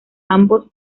ambos